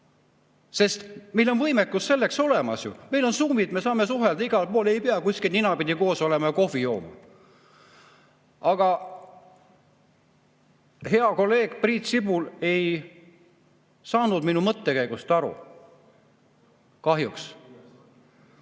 Sest meil on võimekus selleks olemas, meil on Zoom, me saame suhelda igal pool, ei pea kuskil ninapidi koos olema ja kohvi jooma. Hea kolleeg Priit Sibul ei saanud minu mõttekäigust aru. Kahjuks.